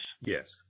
Yes